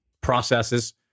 processes